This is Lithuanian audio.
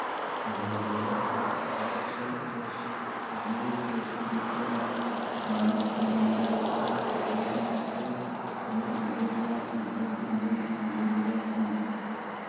bjauresnio garso už žiurkės cypimą man nėra o tuo metu jis buvo dvigubai bjauresnis